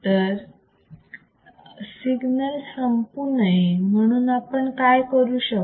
तर सिग्नल संपू नये म्हणून आपण काय करू शकतो